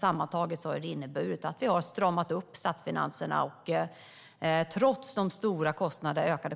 Sammantaget har det inneburit att vi har stramat upp statsfinanserna, och trots de ökade